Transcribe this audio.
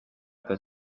per